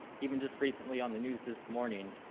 even just recently on the news this morning,